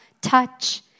touch